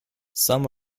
some